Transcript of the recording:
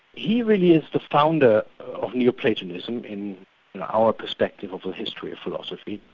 he really is the founder of neo-platonism in our perspective of the history of philosophy,